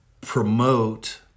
promote